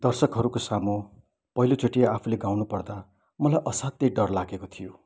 दर्शकहरूको सामु पहिलोचोटि आफूले गाउनु पर्दा मलाई असाध्यै डर लागेको थियो